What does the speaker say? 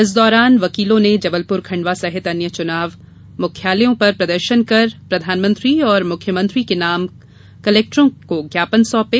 इस दौरान वकीलों ने जबलपुर खंडवा सहित अन्य चुनाव मुख्यालयों पर प्रदर्शन कर प्रधानमंत्री और मुख्यमंत्री के नाम कलेक्टरों के ज्ञापन सौंपे